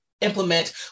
implement